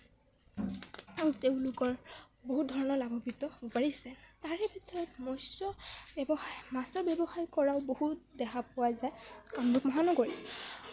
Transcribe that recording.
বহুত ধৰণৰ লাভান্ৱিত বাঢ়িছে তাৰে ভিতৰত মস্য ব্যৱসায় মাছৰ ব্যৱসায় কৰাও বহুত দেখা পোৱা যায় কামৰূপ মহানগৰীত